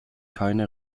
keine